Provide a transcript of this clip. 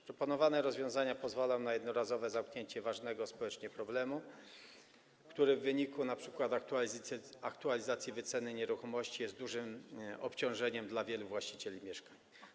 Proponowane rozwiązania pozwolą na jednorazowe zamkniecie ważnego społecznie problemu, który np. w wyniku aktualizacji wyceny nieruchomości jest dużym obciążeniem dla wielu właścicieli mieszkań.